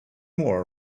more